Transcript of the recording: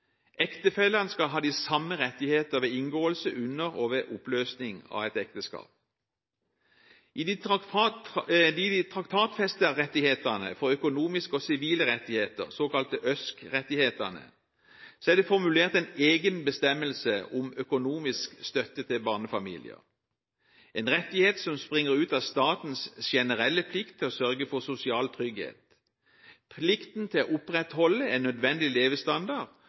Ektefellene skal ha de samme rettigheter ved inngåelse, under og ved oppløsning av et ekteskap. I de traktatfestede rettighetene for økonomiske og sivile rettigheter, de såkalte ØSK-rettighetene, er det formulert en egen bestemmelse om økonomisk støtte til barnefamilier, en rettighet som springer ut fra statens generelle plikt til å sørge for sosial trygghet, plikten til å opprettholde en nødvendig